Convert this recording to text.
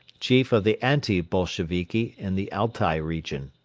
chief of the anti-bolsheviki in the altai region.